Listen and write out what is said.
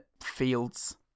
fields